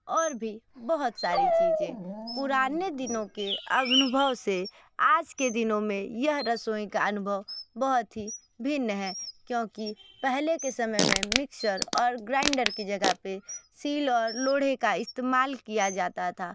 और भी बहुत सारी चीज़ें पुराने दिनों के अनुभव से आज के दिनों में यह रसोई का अनुभव बहुत ही भिन्न है क्योंकि पहले के समय में मिक्सर और ग्राइंडर की जगह पर शील और लोढ़े का इस्तेमाल किया जाता था